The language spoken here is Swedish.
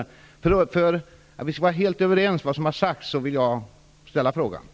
För att vi skall vara helt överens om vad som har sagts vill jag ställa denna fråga.